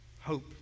hope